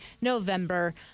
November